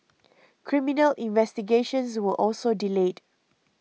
criminal investigations were also delayed